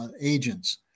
agents